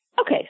Okay